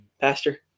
Pastor